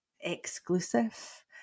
exclusive